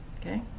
Okay